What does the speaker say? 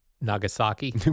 Nagasaki